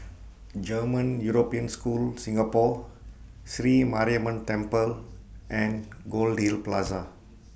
German European School Singapore Sri Mariamman Temple and Goldhill Plaza